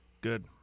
good